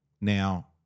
Now